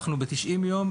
אנחנו ב-90 יום,